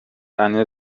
eine